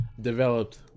developed